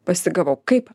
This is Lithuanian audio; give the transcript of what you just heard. pasigavau kaip